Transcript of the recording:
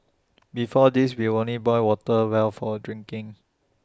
before this we only boil water well for A drinking